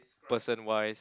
person wise